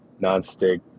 nonstick